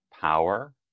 power